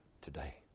today